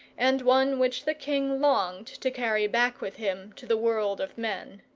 and one which the king longed to carry back with him to the world of men.